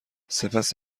سپس